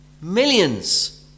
millions